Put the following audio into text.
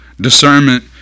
Discernment